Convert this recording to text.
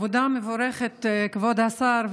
עבודה מבורכת, כבוד השר.